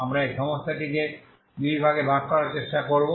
আমরা এই সমস্যাটিকে দুই ভাগে ভাগ করার চেষ্টা করবো